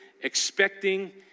expecting